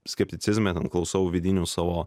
skepticizme klausau vidinių savo